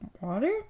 water